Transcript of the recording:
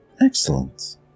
Excellent